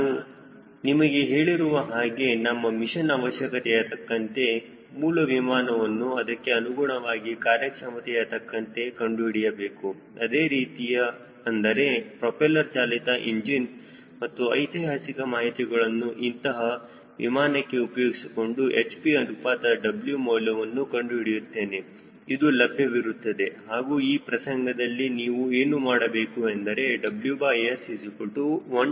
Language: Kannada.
ನಾನು ನಿಮಗೆ ಹೇಳಿರುವ ಹಾಗೆ ನಮ್ಮ ಮಿಷನ್ ಅವಶ್ಯಕತೆಯ ತಕ್ಕಂತೆ ಮೂಲ ವಿಮಾನವನ್ನು ಅದಕ್ಕೆ ಅನುಗುಣವಾಗಿ ಕಾರ್ಯಕ್ಷಮತೆಯ ತಕ್ಕಂತೆ ಕಂಡುಹಿಡಿಯಬೇಕು ಅದೇ ರೀತಿಯ ಅಂದರೆ ಪ್ರೊಪೆಲ್ಲರ್ ಚಾಲಿತ ಇಂಜಿನ್ ಮತ್ತು ಐತಿಹಾಸಿಕ ಮಾಹಿತಿಗಳನ್ನು ಇಂತಹ ವಿಮಾನಕ್ಕೆ ಉಪಯೋಗಿಸಿಕೊಂಡು hp ಅನುಪಾತ W ಮೌಲ್ಯವನ್ನು ಕಂಡು ಹಿಡಿಯುತ್ತೇನೆ ಅದು ಲಭ್ಯವಿರುತ್ತದೆ ಹಾಗೂ ಈ ಪ್ರಸಂಗದಲ್ಲಿ ನೀವು ಏನು ಮಾಡಬೇಕು ಎಂದರೆ WS12010